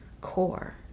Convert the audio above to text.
core